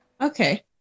Okay